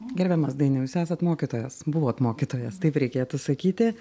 gerbiamas dainiau jūs esat mokytojas buvot mokytojas taip reikėtų sakyti